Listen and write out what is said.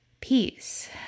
peace